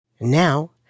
Now